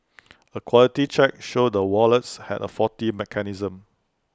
A quality check showed the wallets had A faulty mechanism